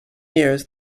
years